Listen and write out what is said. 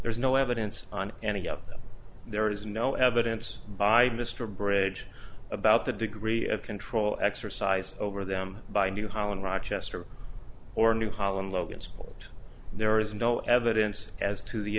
there is no evidence on any of them there is no evidence by mr bridge about the degree of control exercised over them by new holland rochester or new holland logansport there is no evidence as to the